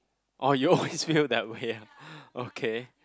orh you always feel that way ah okay